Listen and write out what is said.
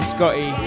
Scotty